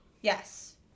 yes